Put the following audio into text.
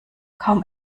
kaum